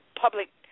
public